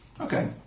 Okay